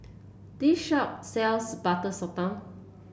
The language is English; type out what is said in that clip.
this shop sells Butter Sotong